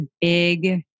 big